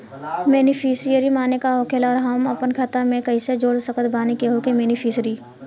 Beneficiary माने का होखेला और हम आपन खाता मे कैसे जोड़ सकत बानी केहु के बेनीफिसियरी?